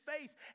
face